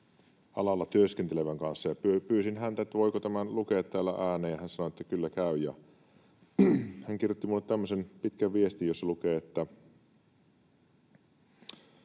alalla työskentelevän kanssa ja pyysin häneltä, että voiko tämän lukea täällä ääneen, ja hän sanoi, että kyllä käy. Hän kirjoitti minulle tämmöisen pitkän viestin, jossa lukee: